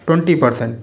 twenty percent